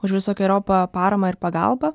už visokeriopą paramą ir pagalbą